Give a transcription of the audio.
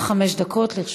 עד חמש דקות לרשותך.